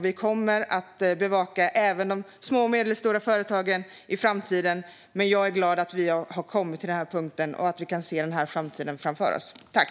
Vi kommer att bevaka situationen för de små och medelstora företagen i framtiden. Jag är dock glad över att vi har kommit fram till denna punkt och att vi kan se hur framtiden ter sig.